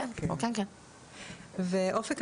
אופק,